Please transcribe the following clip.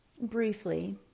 briefly